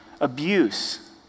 abuse